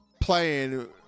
playing